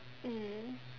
mm